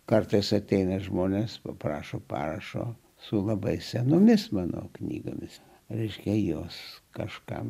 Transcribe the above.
kartais ateina žmonės paprašo parašo su labai senomis mano knygomis reiškėjos kažkam